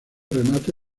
remate